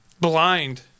Blind